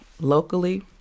locally